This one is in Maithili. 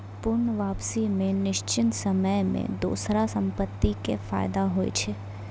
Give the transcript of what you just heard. पूर्ण वापसी मे निश्चित समय मे दोसरो संपत्ति के फायदा होय छै